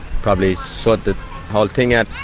probably sort the whole thing out.